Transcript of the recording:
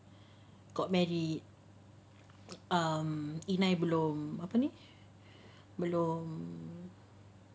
got married um in iBloom apa ni belum